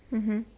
mmhmm